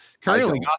Currently